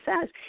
says